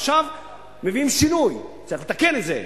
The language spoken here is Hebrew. עכשיו מביאים שינוי, צריך לתקן את זה.